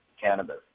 cannabis